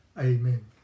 Amen